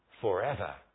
forever